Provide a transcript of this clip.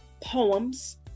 Poems